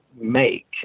make